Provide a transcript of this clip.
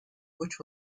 which